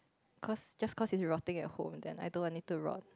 cause just cause it's rotting at home then I don't want it to rot